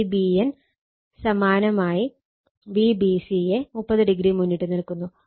Vbn സമാനമായി Vbc യെ 30o മുന്നിട്ട് നിൽക്കുന്നു